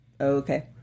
okay